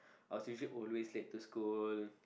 I was usually always late to school